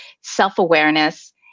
self-awareness